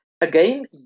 Again